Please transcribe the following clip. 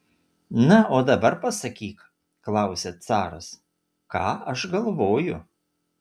na o dabar pasakyk klausia caras ką aš galvoju